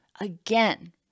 Again